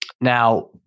Now